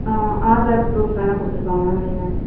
ஆ Aadhaar proof வேணா கொடுத்துட்டு போங்க மேம் நீங்கள்